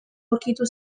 aurkitu